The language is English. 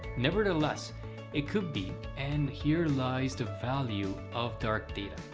nevertheless it could be and here lies the value of dark data.